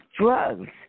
drugs